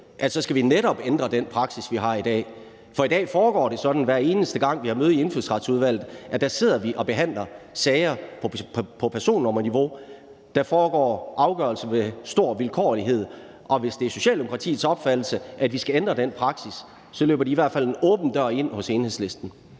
at vi så netop skal ændre den praksis, vi har i dag. For i dag foregår det sådan, hver eneste gang vi har møde i Indfødsretsudvalget, at vi sidder og behandler sager på personnummerniveau. Der træffes afgørelser med stor vilkårlighed, og hvis det er Socialdemokratiets opfattelse, at vi skal ændre den praksis, så løber de i hvert fald en åben dør ind hos Enhedslisten.